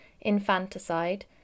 infanticide